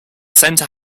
centre